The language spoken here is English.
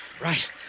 Right